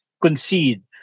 concede